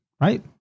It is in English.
right